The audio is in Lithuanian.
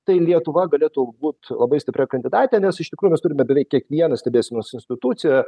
tai lietuva galėtų būt labai stipria kandidate nes iš tikrųjų mes turime beveik kiekvieną stebėsenos instituciją